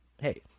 Hey